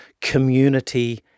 community